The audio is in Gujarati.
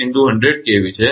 𝑣𝑓 ની બરાબર છે